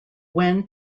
when